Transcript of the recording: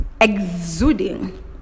exuding